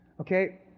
Okay